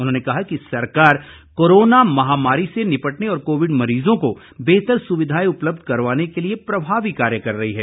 उन्होंने कहा कि सरकार कोरोना महामारी से निपटने और कोविड मरीजों को बेहतर सुविधाएं उपलब्ध करवाने के लिए प्रभावी कार्य कर रही है